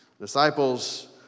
disciples